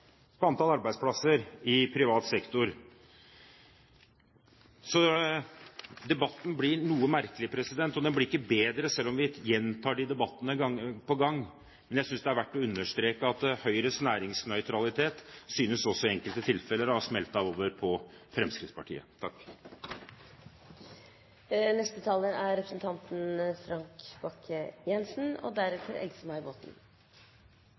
i antall arbeidsplasser i privat sektor. Så debatten blir noe merkelig, og det blir ikke bedre selv om vi gjentar de debattene gang på gang. Men jeg synes det er verdt å understreke at Høyres næringsnøytralitet synes også i enkelte tilfeller å ha smittet over på Fremskrittspartiet. Først vil jeg takke interpellanten for initiativet, og